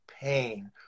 pain